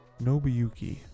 nobuyuki